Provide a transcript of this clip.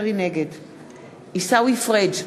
נגד עיסאווי פריג'